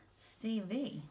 CV